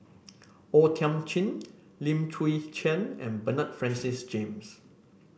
O Thiam Chin Lim Chwee Chian and Bernard Francis James